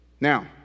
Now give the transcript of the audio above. now